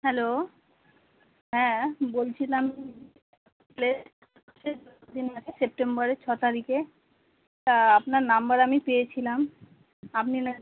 hello হ্যাঁ বলছিলাম সেপ্টেম্বরের ছ তারিখে তা আপনার নাম্বার আমি পেয়েছিলাম আপনি না